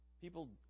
People